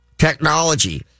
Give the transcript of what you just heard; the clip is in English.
technology